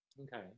Okay